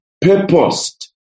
purposed